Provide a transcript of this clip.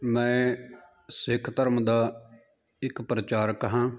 ਮੈਂ ਸਿੱਖ ਧਰਮ ਦਾ ਇੱਕ ਪ੍ਰਚਾਰਕ ਹਾਂ